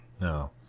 no